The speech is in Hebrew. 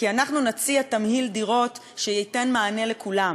כי אנחנו נציע תמהיל דירות שייתן מענה לכולם: